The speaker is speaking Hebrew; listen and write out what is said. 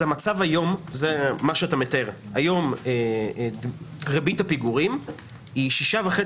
המצב היום, היום ריבית הפיגורים היא 6.5